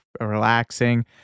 relaxing